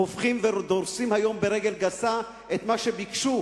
דורסים היום ברגל גסה את מה שביקשו